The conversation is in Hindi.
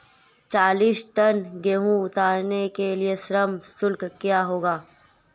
चालीस टन गेहूँ उतारने के लिए श्रम शुल्क क्या होगा?